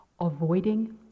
avoiding